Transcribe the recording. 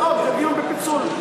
זה לא דיון בחוק, זה דיון בפיצול.